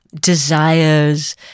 desires